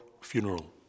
funeral